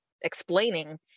explaining